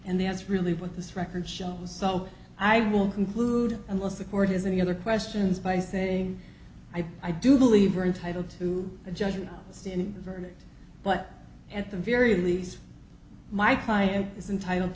and that's really what this record shows so i will conclude unless the court has any other questions by saying i i do believe are entitled to a judge and a verdict but at the very least my client is entitled